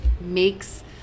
makes